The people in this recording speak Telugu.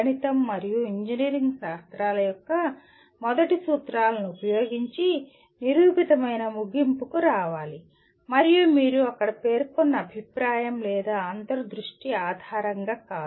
గణితం మరియు ఇంజనీరింగ్ శాస్త్రాల యొక్క మొదటి సూత్రాలను ఉపయోగించి నిరూపితమైన ముగింపుకు రావాలి మరియు మీరు అక్కడ పేర్కొన్న అభిప్రాయం లేదా అంతర్ దృష్టి ఆధారంగా కాదు